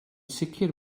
sicr